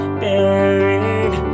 buried